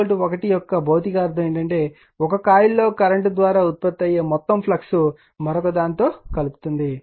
K 1 యొక్క భౌతిక అర్ధం ఏమిటంటే ఒక కాయిల్లో కరెంట్ ద్వారా ఉత్పత్తి అయ్యే మొత్తం ఫ్లక్స్ మరొక దానితో కలుపుతుంది